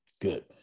Good